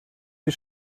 die